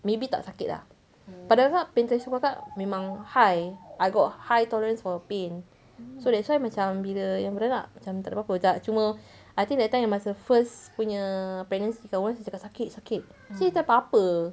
maybe tak sakit lah pada kakak pain threshold kakak memang high I got high tolerance for pain so that's why macam bila beranak macam tak ada apa-apa tak cuma I think that time masa first punya pregnancy kan orang mesti cakap sakit sakit actually macam tak apa